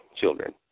children